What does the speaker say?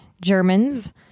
Germans